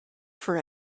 for